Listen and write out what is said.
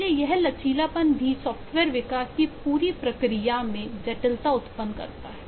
इसीलिए यह लचीलापन थी सॉफ्टवेयर विकास की पूरी प्रक्रिया में जटिलता उत्पन्न करता है